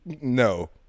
No